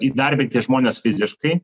įdarbinti žmones fiziškai